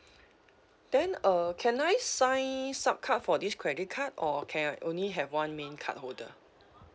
then uh can I sign sub card for this credit card or cannot only have one main card holder